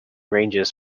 ranges